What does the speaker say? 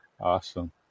Awesome